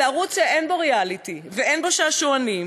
זה ערוץ שאין בו ריאליטי ואין בו שעשועונים,